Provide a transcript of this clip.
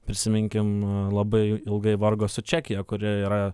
prisiminkim labai ilgai vargo su čekija kuri yra